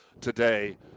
today